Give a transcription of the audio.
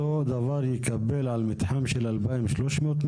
הוא יקבל אותו הדבר על מתחם של 2,300 מטרים?